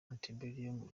antebellum